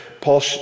Paul